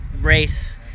race